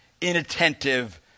inattentive